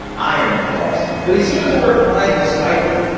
iron claws, but he seems to work fine despite them!